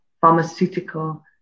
pharmaceutical